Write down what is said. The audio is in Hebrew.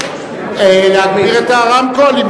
להגביר את הרמקול,